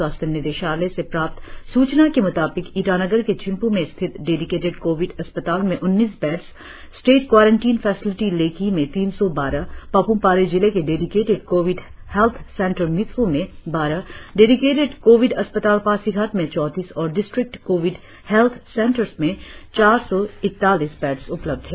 स्वास्थ्य निदेशालय से प्राप्त सूचना के म्ताबिक ईटानगर के चिंप् में स्थित डेडिकेटेड कोविड अस्पताल में उन्नीस beds state quarantine facility Lekhi में तीन सौ बारह पापुमपारे जिले के dedicated covid health centre Midpu में बारह डेडिकेटेड कोविड अस्पताल पासीघाट में चौतीस और डिस्ट्रिक्ट कोविड हेल्थ सेंटर्स में चार सौ इकतालीस बेड़स उपलब्ध हैं